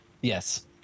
Yes